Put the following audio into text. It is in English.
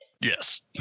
Yes